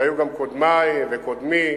והיו גם קודמי וקודמי,